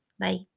bye